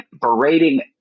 berating